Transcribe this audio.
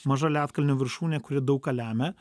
maža ledkalnio viršūnė kuri daug ką lemia